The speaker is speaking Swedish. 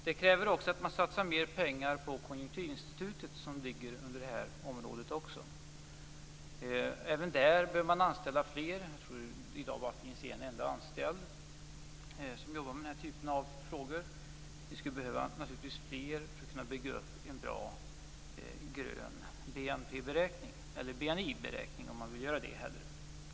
Det kräver också att mer pengar satsas på Konjunkturinstitutet, som också lyder under det här området. Även där behöver det anställas fler. I dag finns det bara en anställd som jobbar med den typen av frågor. Vi skulle behöva fler för att kunna bygga upp en bra grön BNP-beräkning - eller BNI-beräkning.